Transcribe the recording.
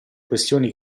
questioni